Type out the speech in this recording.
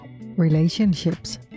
Relationships